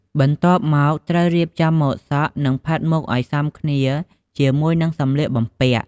បន្ទាប់មកត្រូវរៀបចំម៉ូដសក់ និងផាត់មុខឱ្យសមគ្នាជាមួយនឹងសម្លៀកបំពាក់។